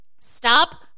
Stop